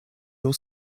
your